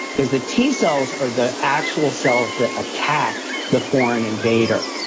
because the t cells are the actual cells that attack the foreign invader.